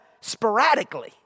sporadically